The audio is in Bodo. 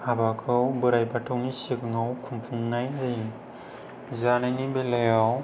हाबाखौ बोराय बाथौनि सिगाङाव खुंनाय जायो जानायनि बेलायाव